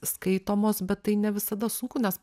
skaitomos bet tai ne visada sunku nes